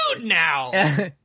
now